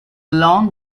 long